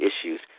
issues